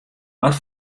wat